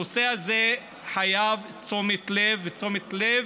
הנושא הזה חייב תשומת לב, ותשומת לב,